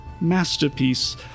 masterpiece